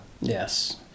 yes